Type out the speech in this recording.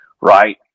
right